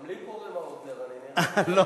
גם לי קוראים האוגר, אני נראה, לא,